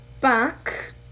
back